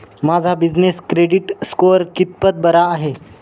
माझा business credit score कितपत बरा आहे?